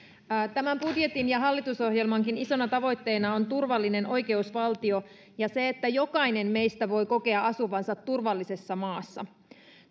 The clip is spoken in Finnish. tämän budjetin ja hallitusohjelmankin isona tavoitteena on turvallinen oikeusvaltio ja se että jokainen meistä voi kokea asuvansa turvallisessa maassa